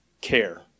care